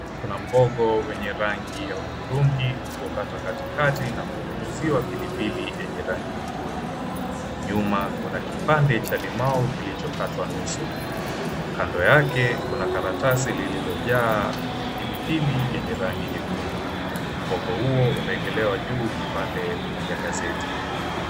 Kuna mhogo wenye rangi ya hudhurungi uliokatwa katikati na kunyunyiziwa pilipili yenye rangi nyekundu. Nyuma kuna kipande cha limau kilichokatwa nusu, kando yake kuna karatasi lililojaa kipilipili yenye rangi nyekundu. Mhogo huo umekelewa juu kipande ya gazeti.